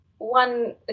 One